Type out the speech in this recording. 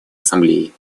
ассамблеей